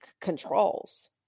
controls